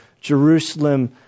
jerusalem